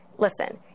Listen